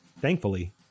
Thankfully